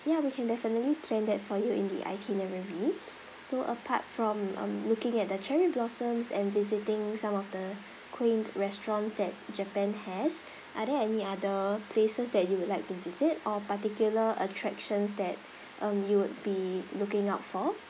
ya we can definitely plan that for you in the itinerary so apart from um looking at the cherry blossoms and visiting some of the quaint restaurants that japan has are there any other places that you would like to visit or particular attractions that um you would be looking out for